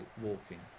walking